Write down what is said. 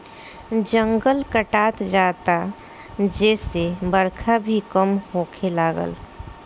जंगल कटात जाता जेसे बरखा भी कम होखे लागल